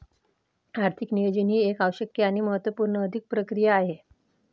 आर्थिक नियोजन ही एक आवश्यक आणि महत्त्व पूर्ण आर्थिक प्रक्रिया आहे